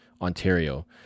Ontario